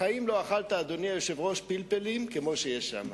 בחיים לא אכלתי פלפלים כמו שיש שם.